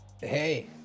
Hey